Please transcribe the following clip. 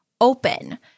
open